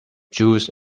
juice